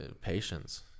patience